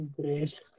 great